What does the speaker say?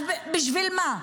אז בשביל מה?